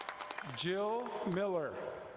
jill miller.